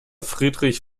friedrich